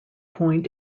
point